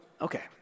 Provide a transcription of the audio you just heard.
okay